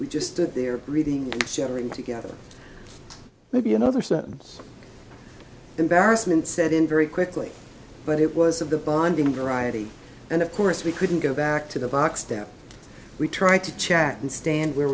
we just stood there reading chattering together maybe another sentence embarrassment set in very quickly but it was of the bonding variety and of course we couldn't go back to the box down we tried to chat and stand where